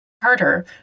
Carter